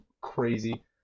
crazy